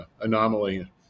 anomaly